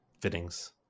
fittings